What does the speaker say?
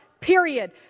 period